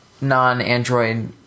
non-Android